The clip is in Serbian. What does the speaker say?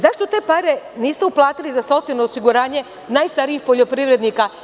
Zašto te pare niste uplatili za socijalno osiguranje najstarijih poljoprivrednika?